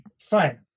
Fine